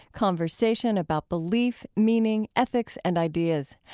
conversation about belief, meaning, ethics and ideas.